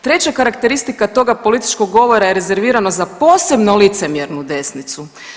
Treća karakteristika toga političkog govora je rezervirano za posebno licemjernu desnicu.